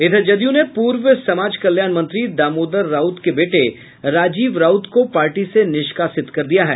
इधर जदयू ने पूर्व समाज कल्याण मंत्री दामोदर राउत के बेटे राजीव राउत को पार्टी से निष्कासित कर दिया है